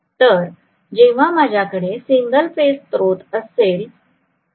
तर जेव्हा माझ्याकडे सिंगल फेज स्त्रोत असेल